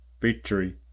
victory